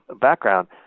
background